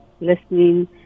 listening